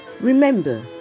Remember